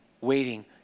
waiting